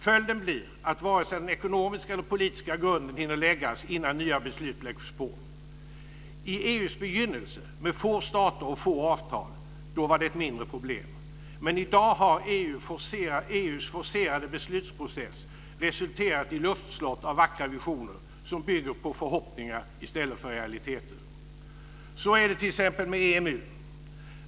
Följden blir att varken den ekonomiska eller politiska grunden hinner läggas innan nya beslut läggs på. I EU:s begynnelse med få stater och få avtal var det ett mindre problem. Men i dag har EU:s forcerade beslutsprocess resulterat i luftslott av vackra visioner som bygger på förhoppningar i stället för på realiteter. Så är det t.ex. med EMU.